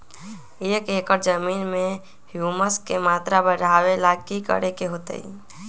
एक एकड़ जमीन में ह्यूमस के मात्रा बढ़ावे ला की करे के होतई?